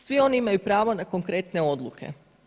Svi oni imaju pravo na konkretne odluke.